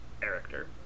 character